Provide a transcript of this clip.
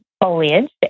foliage